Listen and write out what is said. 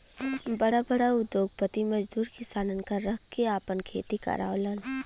बड़ा बड़ा उद्योगपति मजदूर किसानन क रख के आपन खेती करावलन